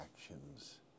actions